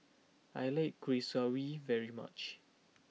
I like Kuih Kaswi very much